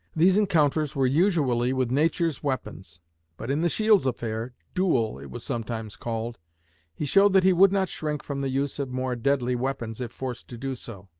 these encounters were usually with nature's weapons but in the shields affair duel, it was sometimes called he showed that he would not shrink from the use of more deadly weapons if forced to do so.